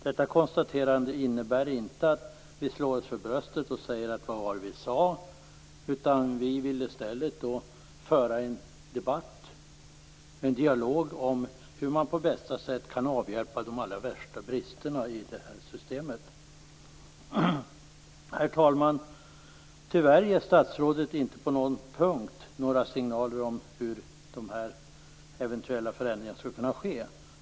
Detta konstaterande innebär inte att vi slår oss för bröstet och säger: Vad var det vi sade? Vi vill i stället föra en debatt och en dialog om hur man på bästa sätt kan avhjälpa de allra värsta bristerna i det här systemet. Herr talman! Tyvärr ger statsrådet inte på någon punkt några signaler om hur de här eventuella förändringarna skall kunna ske.